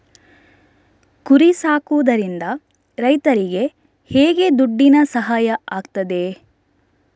ಕುರಿ ಸಾಕುವುದರಿಂದ ರೈತರಿಗೆ ಹೇಗೆ ದುಡ್ಡಿನ ಸಹಾಯ ಆಗ್ತದೆ?